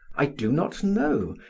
i do not know.